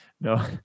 no